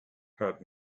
heard